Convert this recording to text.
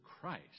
Christ